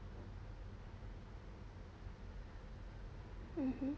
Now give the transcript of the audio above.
mmhmm